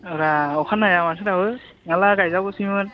औब्रा अखायानो हाया माथो दाबो नङाब्ला गायजागौसैमोन